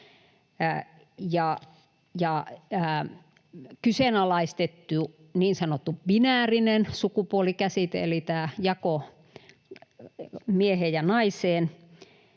kyseenalaistettu niin sanottu binäärinen sukupuolikäsite eli tämä jako mieheen ja naiseen.